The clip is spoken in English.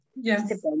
yes